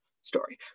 story